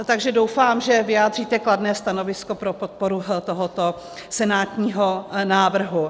Takže doufám, že vyjádříte kladné stanovisko pro podporu tohoto senátního návrhu.